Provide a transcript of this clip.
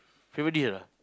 favourite dish ah